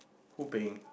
who paying